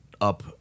up